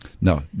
no